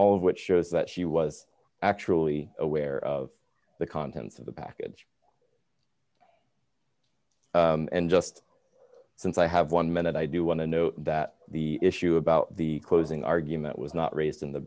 of which shows that she was actually aware of the contents of the package and just since i have one minute i do want to note that the issue about the closing argument was not raised in the